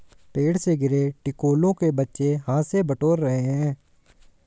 पेड़ से गिरे टिकोलों को बच्चे हाथ से बटोर रहे हैं